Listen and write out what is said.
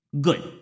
Good